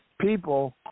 people